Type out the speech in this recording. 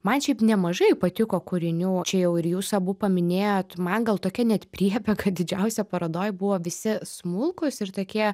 man šiaip nemažai patiko kūrinių čia jau ir jūs abu paminėjot man gal tokia net priebėga didžiausia parodoje buvo visi smulkūs ir tokie